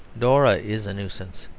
dora is a nuisance.